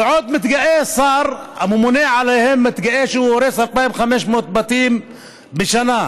ועוד מתגאה השר הממונה עליהם שהוא שהורס 2,500 בתים בשנה.